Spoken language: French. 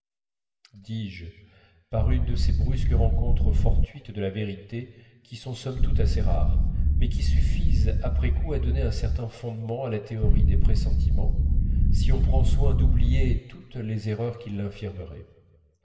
dis-je par une de ces brusques rencontres fortuites de la vérité qui sont somme toute assez rares mais qui suffisent après coup à donner un certain fondement à la théorie des pressentiments si on prend soin d'oublier toutes les erreurs qui